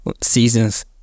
seasons